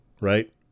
right